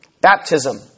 baptism